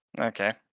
okay